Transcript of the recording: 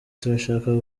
turashaka